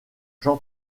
jean